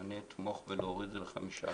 ואני אתמוך בלהוריד את זה ל-15.